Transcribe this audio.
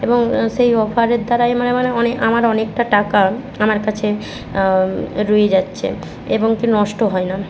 এবং সেই অফারের দ্বারাই মানে মানে অনে আমার অনেকটা টাকাও আমার কাছে রয়ে যাচ্ছে এবং কী নষ্ট হয় না